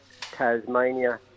Tasmania